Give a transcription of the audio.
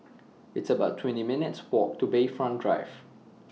It's about twenty one minutes' Walk to Bayfront Drive